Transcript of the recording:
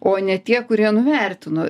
o ne tie kurie nuvertino